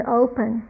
open